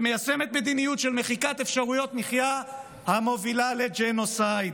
ומיישמת מדיניות של מחיקת אפשרויות מחיה המובילה לג'נוסייד.